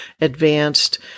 advanced